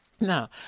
Now